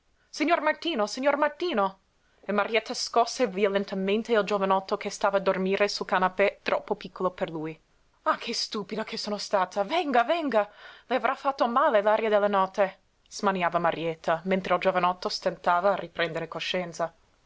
signor martino signor martino e marietta scosse violentemente il giovanotto che stava a dormire sul canapè troppo piccolo per lui ah che stupida sono stata venga venga le avrà fatto male l'aria della notte smaniava marietta mentre il giovanotto stentava a riprendere coscienza